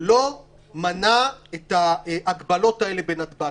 לא מנע את ההגבלות האלה בנתב"ג.